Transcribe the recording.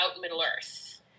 Middle-earth